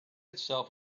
itself